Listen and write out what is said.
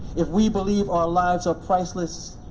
if we believe our lives are priceless,